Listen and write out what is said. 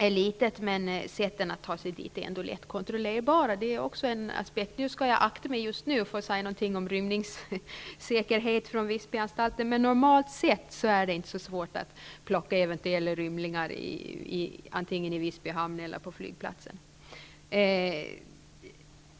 är litet, men sätten att ta sig dit är ändå lätt kontrollerbara. Detta är också en aspekt på frågan. Jag skall akta mig för att just nu säga något om rymningssäkerheten på Visbyanstalten, men normalt sett är det inte så svårt att ta fast eventuella rymlingar, antingen i Visby hamn eller på flygplatsen.